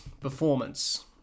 performance